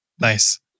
Nice